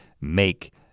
make